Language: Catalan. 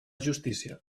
justícia